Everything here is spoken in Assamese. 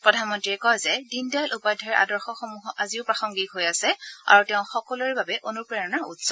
প্ৰধানমন্ৰীয়ে কয় যে দীনদয়াল উপাধ্যায়ৰ আদৰ্শসমূহৰ আজিও প্ৰাসংগিক হৈ আছে আৰু তেওঁ সকলোৰে বাবে অনুপ্ৰেৰণাৰ উৎস